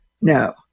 No